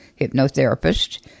hypnotherapist